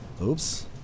oops